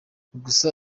gusa